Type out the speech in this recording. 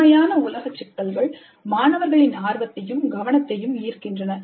உண்மையான உலக சிக்கல்கள் மாணவர்களின் ஆர்வத்தையும் கவனத்தையும் ஈர்க்கின்றன